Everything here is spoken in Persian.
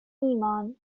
ایمان